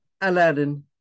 Aladdin